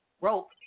rope